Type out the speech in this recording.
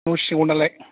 न' सिङावनालाय